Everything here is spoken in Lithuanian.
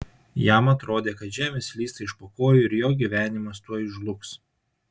jam atrodė kad žemė slysta iš po kojų ir jo gyvenimas tuoj žlugs